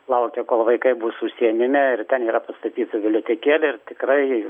laukia kol vaikai bus užsiemime ir ten yra pastatyta bibliotekėlė ir tikrai